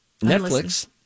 Netflix